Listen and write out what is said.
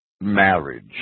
Marriage